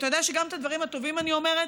אתה יודע שגם את הדברים הטובים אני אומרת: